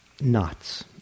knots